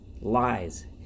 lies